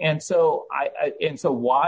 and so i and so why